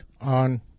on